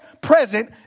present